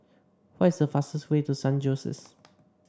what is the fastest way to San Jose